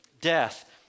death